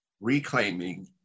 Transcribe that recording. reclaiming